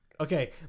Okay